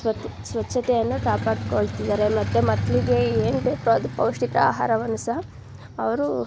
ಸ್ವಚ್ ಸ್ವಚ್ಛತೆಯನ್ನು ಕಾಪಾಡ್ಕೊಳ್ತಿದ್ದಾರೆ ಮತ್ತು ಮಕ್ಕಳಿಗೆ ಏನು ಬೇಕೋ ಅದು ಪೌಷ್ಟಿಕ ಆಹಾರವನ್ನು ಸಹ ಅವರು